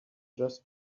just